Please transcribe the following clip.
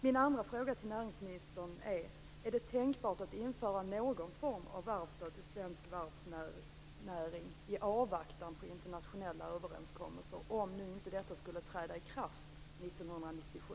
Min andra fråga till näringsministern är: Är det tänkbart att införa någon form av varvsstöd till svensk varvsnäring i avvaktan på internationella överenskommelser, om detta inte skulle träda i kraft 1997?